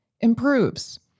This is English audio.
improves